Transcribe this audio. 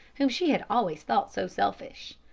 whom she had always thought so selfish.